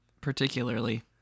particularly